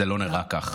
זה לא נראה כך".